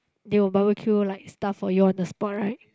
they will barbeque like stuff for you on the spot right